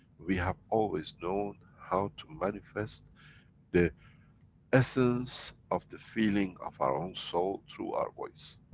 we have always known how to manifest the essence of the feeling of our own soul, through our voice,